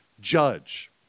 judge